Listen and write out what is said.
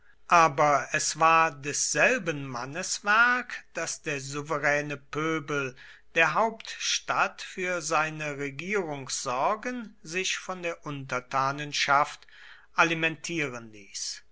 aber es war desselben mannes werk daß der souveräne pöbel der hauptstadt für seine regierungssorgen sich on der untertanenschaft alimentieren ließ